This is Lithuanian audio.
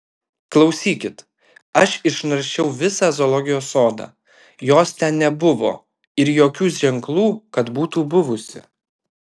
klausykit aš išnaršiau visą zoologijos sodą jos ten nebuvo ir jokių ženklų kad būtų buvusi